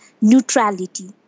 neutrality